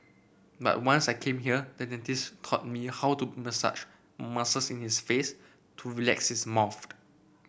but once I came here the dentist taught me how to massage muscles in his face to relax his